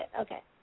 Okay